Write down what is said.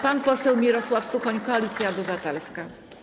Pan poseł Mirosław Suchoń, Koalicja Obywatelska.